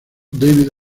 david